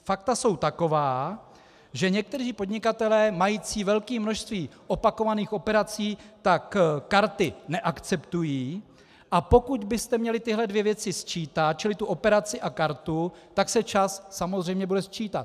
Fakta jsou taková, že někteří podnikatelé mající velké množství opakovaných operací karty neakceptují, a pokud byste měli tyhle dvě věci sčítat, čili tu operaci a kartu, tak se čas samozřejmě bude sčítat.